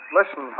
Listen